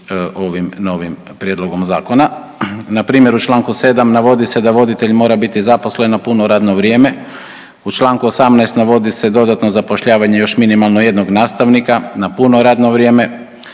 ovim novim prijedlogom zakona. Npr. u čl. 7. navodi se da voditelj mora biti zaposlen na puno radno vrijeme, u čl. 18. navodi se dodatno zapošljavanje još minimalno jednog nastavnika na puno radno vrijeme